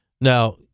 Now